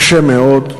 קשה מאוד.